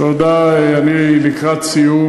תודה, אני לקראת סיום.